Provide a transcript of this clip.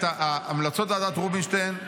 המלצות ועדת רובינשטיין,